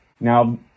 Now